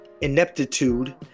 ineptitude